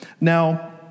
Now